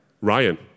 Ryan